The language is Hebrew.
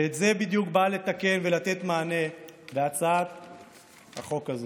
ואת זה בדיוק באה לתקן ולתת מענה להצעת החוק הזו.